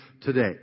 today